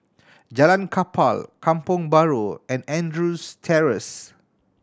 Jalan Kapal Kampong Bahru and Andrews Terrace